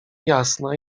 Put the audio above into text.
jasna